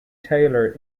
taylor